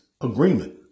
agreement